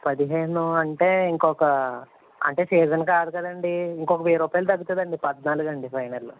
పదిహేను అంటే ఇంకొక అంటే సీజన్ కాదు కాదండి ఇంకొక వెయ్యి రూపాయలు తగ్గుతుందండి పద్నాలుగండి ఫైనల్